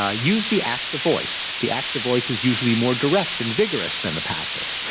ah use the active voice. the active voice is usually more direct and vigorous than the passive.